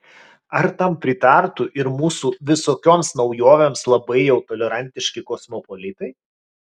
ar tam pritartų ir mūsų visokioms naujovėms labai jau tolerantiški kosmopolitai